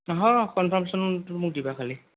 অঁ হ কনফাৰ্মেশ্যনটো মোক দিবা খালী